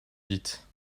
dites